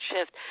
shift